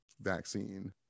vaccine